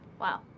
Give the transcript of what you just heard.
Wow